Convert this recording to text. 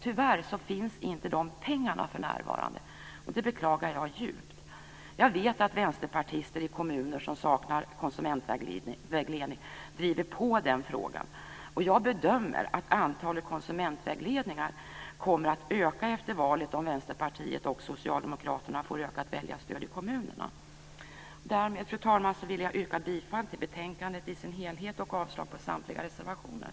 Tyvärr finns inte dessa pengar för närvarande, vilket jag djupt beklagar. Jag vet att vänsterpartister i kommuner som saknar konsumentvägledning driver på den frågan, och jag bedömer att antalet konsumentvägledare kommer att öka efter valet om Vänsterpartiet och Socialdemokraterna får ökat väljarstöd i kommunerna. Fru talman! Därmed yrkar jag bifall till förslaget i betänkandet och avslag på samtliga reservationer.